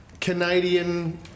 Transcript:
Canadian